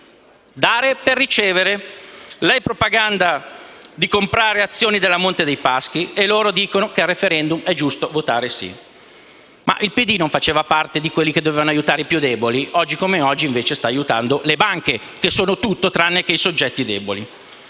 Dare per ricevere: lei propaganda di comprare azioni della banca Monte dei Paschi e loro dicono che al *referendum* è giusto votare sì. Il Partito Democratico non faceva parte di quelli che dovevano aiutare i più deboli? Oggi, invece, sta aiutando le banche, che sono tutto tranne che soggetti deboli.